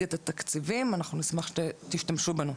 את התקציבים אנחנו נשמח שתשתמשו בנו.